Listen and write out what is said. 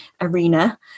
arena